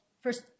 first